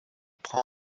prend